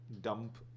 dump